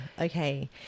okay